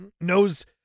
knows